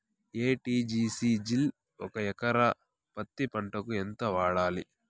ఎ.టి.జి.సి జిల్ ఒక ఎకరా పత్తి పంటకు ఎంత వాడాలి?